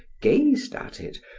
gazed at it,